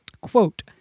quote